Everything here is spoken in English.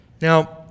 Now